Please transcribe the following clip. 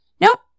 nope